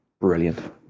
brilliant